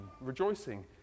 rejoicing